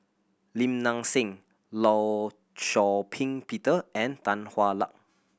Lim Nang Seng Law Shau Ping Peter and Tan Hwa Luck